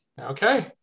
Okay